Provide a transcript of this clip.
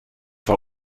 war